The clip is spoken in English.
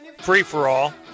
free-for-all